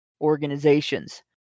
organizations